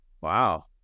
Wow